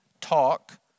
talk